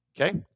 Okay